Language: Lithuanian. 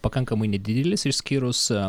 pakankamai nedidelis išskyrus